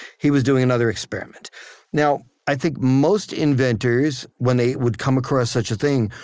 he was doing another experiment now i think most inventors, when they would come across such a thing,